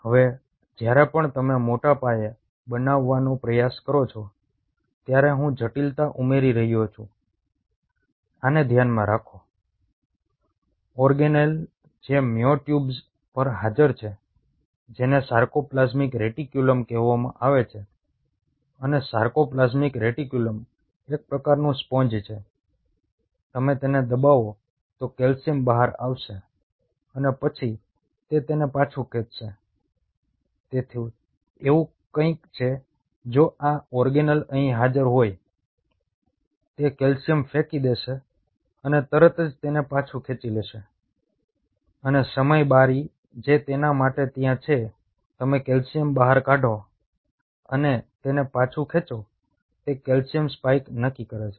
હવે જ્યારે પણ તમે મોટા પાયે બનાવવાનો પ્રયાસ કરો છો ત્યારે હું જટિલતા ઉમેરી રહ્યો છું નક્કી કરે છે